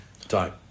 time